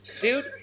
Dude